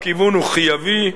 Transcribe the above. הכיוון הוא חיובי,